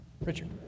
Richard